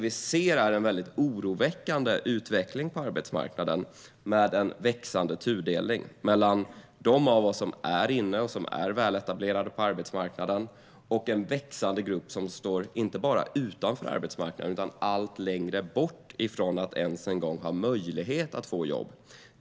Vi ser en oroväckande utveckling på arbetsmarknaden med en växande tudelning mellan de av oss som är inne och väletablerade på arbetsmarknaden och en växande grupp som står inte bara utanför arbetsmarknaden utan också allt längre bort från att ens ha möjlighet att få jobb.